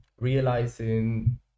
realizing